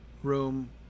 room